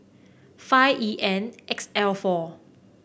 five E N X L four